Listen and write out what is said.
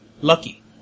lucky